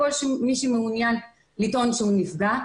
מי שמעוניין לטעון שהוא נפגע,